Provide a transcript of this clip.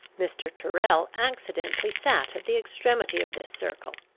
mr. tyrrel accidentally sat at the extremity of this circle.